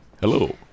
Hello